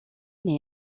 n’est